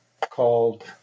called